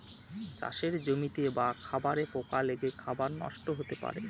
চাষের জমিতে বা খাবারে পোকা লেগে খাবার নষ্ট হতে পারে